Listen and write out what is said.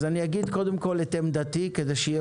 אז אני אגיד קודם כול את עמדתי כדי שיהיה